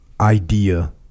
idea